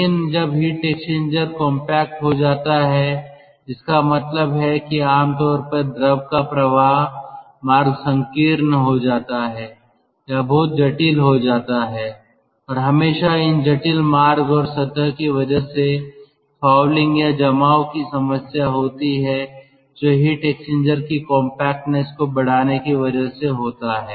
लेकिन जब heat exchanger compact हो जाता है इसका मतलब है कि आम तौर पर द्रव का प्रवाह मार्ग संकीर्ण हो जाता है या बहुत जटिल हो जाता हैं और हमेशा इन जटिल मार्ग और सतह की वजह से फ़ॉउलिंग या जमाव की समस्या होती है जो हीट एक्सचेंजर की कॉम्पैक्टनेस को बढ़ाने की वजह से होता है